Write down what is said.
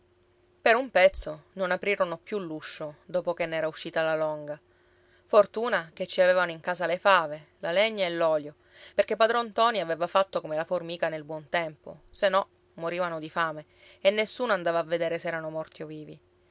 aprirono più l'uscio dopo che ne era uscita la longa fortuna che ci avevano in casa le fave la legna e l'olio perché padron ntoni aveva fatto come la formica nel buon tempo se no morivano di fame e nessuno andava a vedere se erano morti o vivi